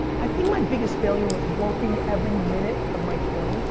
i think my biggest failure was working every minute of my twenty s